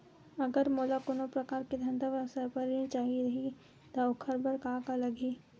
अगर मोला कोनो प्रकार के धंधा व्यवसाय पर ऋण चाही रहि त ओखर बर का का लगही?